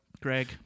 Greg